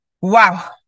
Wow